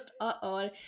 uh-oh